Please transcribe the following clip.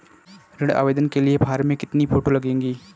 ऋण आवेदन के फॉर्म में कितनी फोटो लगेंगी?